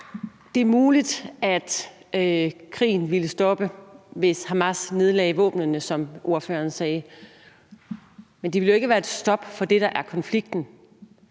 Det er muligt, at krigen ville stoppe, hvis Hamas nedlagde våbnene, som ordføreren sagde, men det ville jo ikke være et stop for det, der er konflikten.